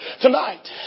Tonight